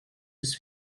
his